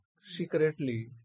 secretly